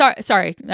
Sorry